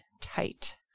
tight